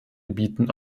gebieten